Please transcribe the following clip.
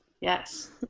yes